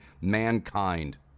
mankind